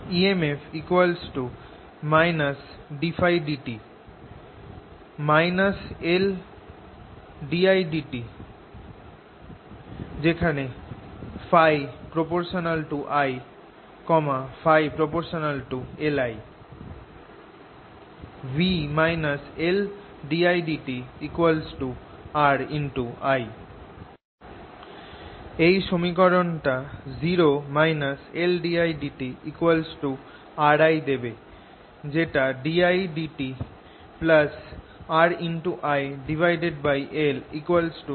emf ddtՓ LddtI ՓI ՓLI V LddtI RI এই সমীকরণটা 0 LddtI RI যেটা ddtIRLI 0 হবে